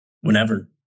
whenever